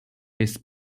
his